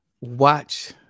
watch